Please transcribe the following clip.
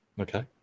okay